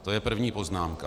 To je první poznámka.